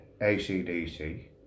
acdc